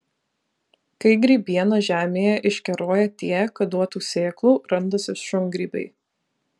kai grybiena žemėje iškeroja tiek kad duotų sėklų randasi šungrybiai